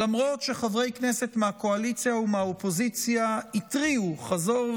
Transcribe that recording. למרות שחברי כנסת מהקואליציה ומהאופוזיציה התריעו חזור